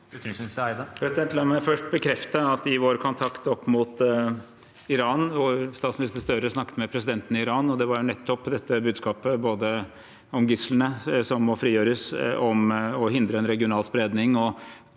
La meg først bekrefte at i vår kontakt opp mot Iran – statsminister Støre snakket med presidenten i Iran – var nettopp dette budskapet, både om gislene som må frigjøres, og om å hindre en regional spredning.